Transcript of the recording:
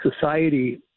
society